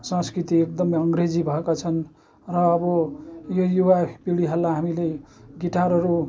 संस्कृति एकदमै अङ्ग्रेजी भएका छन् र अब यो युवापिँढीहरूलाई हामीले गिटारहरू